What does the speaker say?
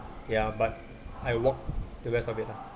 ya but I walk the rest of it lah